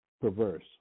perverse